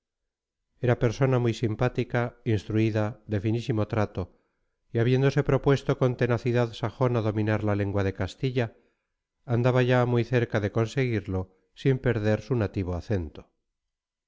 era persona muy simpática instruida de finísimo trato y habiéndose propuesto con tenacidad sajona dominar la lengua de castilla andaba ya muy cerca de conseguirlo sin perder su nativo acento